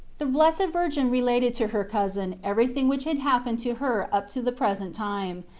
the blessed virgin related to her cousin every thing which had happened to her up to the present time,